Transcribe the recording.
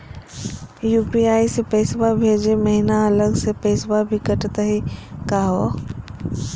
UPI स पैसवा भेजै महिना अलग स पैसवा भी कटतही का हो?